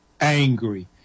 angry